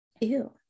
Ew